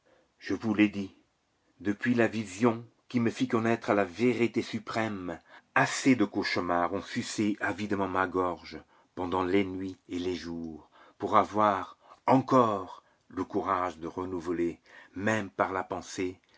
je vous l'ai dit depuis la vision qui me fit connaître la vérité suprême assez de cauchemars ont sucé avidement ma gorge pendant les nuits et les jours pour avoir encore le courage de renouveler même par la pensée